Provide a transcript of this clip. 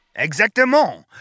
Exactement